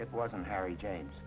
it wasn't harry james